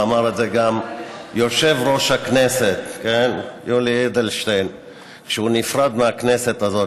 אמר את זה גם יושב-ראש הכנסת יולי אדלשטיין כשהוא נפרד מהכנסת הזאת,